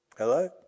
Hello